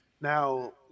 Now